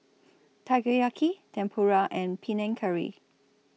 Takoyaki Tempura and Panang Curry